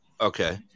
okay